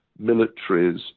militaries